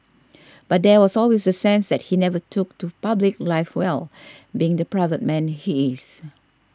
but there was always the sense that he never took to public life well being the private man he is